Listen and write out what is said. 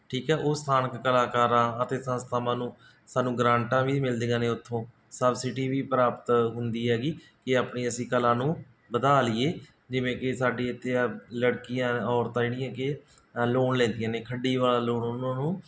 ਠੀਕ ਹੈ ਉਹ ਸਥਾਨਕ ਕਲਾਕਾਰਾਂ ਅਤੇ ਸੰਸਥਾਵਾਂ ਨੂੰ ਸਾਨੂੰ ਗਰਾਂਟਾਂ ਵੀ ਮਿਲਦੀਆਂ ਨੇ ਉੱਥੋਂ ਸਬਸਿਟੀ ਵੀ ਪ੍ਰਾਪਤ ਹੁੰਦੀ ਹੈਗੀ ਕਿ ਆਪਣੀ ਅਸੀਂ ਕਲਾ ਨੂੰ ਵਧਾ ਲਈਏ ਜਿਵੇਂ ਕਿ ਸਾਡੇ ਇੱਥੇ ਆ ਲੜਕੀਆਂ ਔਰਤਾਂ ਜਿਹੜੀਆਂ ਕਿ ਲੋਣ ਲੈਂਦੀਆਂ ਨੇ ਖੱਡੀ ਵਾਲਾ ਲੋਨ ਉਹਨਾਂ ਨੂੰ